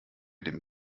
dem